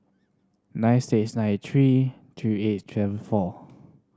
nine six nine three three eight twelve four